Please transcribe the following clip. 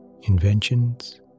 inventions